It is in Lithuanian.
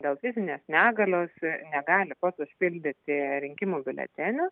dėl fizinės negalios negali pats užpildyti rinkimų biuletenio